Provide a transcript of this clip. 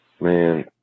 Man